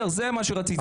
זה מה שרציתי להגיד.